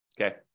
Okay